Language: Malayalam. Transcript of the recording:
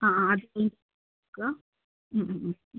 ആ ആ ആ അത് കൊടുക്കുക ഹ്മ് ഹ്മ് ഹ്മ്